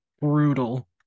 brutal